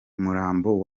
umurambo